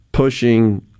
pushing